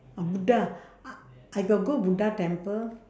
oh buddha I I got go buddha temple